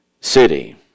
city